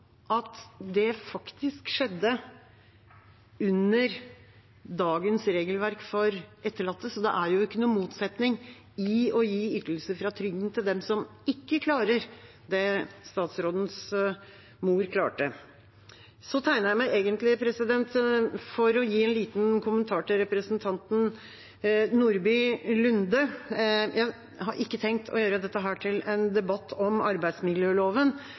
at det faktisk skjedde under dagens regelverk for etterlatte, så det er ikke noen motsetning i å gi ytelser fra trygden til dem som ikke klarer det statsrådens mor klarte. Jeg tegnet meg egentlig for å gi en liten kommentar til representanten Nordby Lunde. Jeg har ikke tenkt å gjøre dette til en debatt om arbeidsmiljøloven,